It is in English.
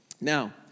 Now